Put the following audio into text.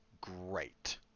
great